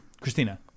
Christina